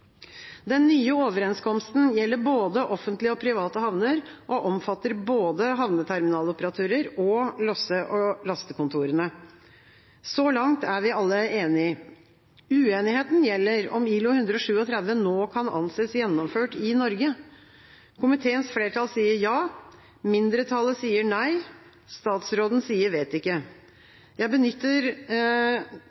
Den nye overenskomsten gjelder både offentlige og private havner og omfatter både havneterminaloperatører og losse- og lastekontorene. Så langt er alle enige. Uenigheten gjelder om ILO 137 nå kan anses gjennomført i Norge. Komiteens flertall sier ja, mindretallet sier nei, statsråden sier vet ikke.